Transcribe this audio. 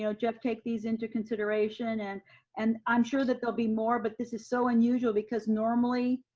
ah jeff take these into consideration and and i'm sure that there'll be more but this is so unusual, because normally,